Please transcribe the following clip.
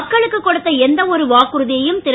மக்களுக்கு கொடுத்த எந்த ஒரு வாக்குறுதியையும் திரு